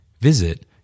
Visit